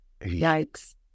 yikes